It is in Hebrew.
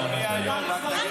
חברת הכנסת מירב בן ארי.